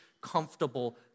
comfortable